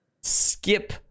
skip